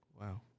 Wow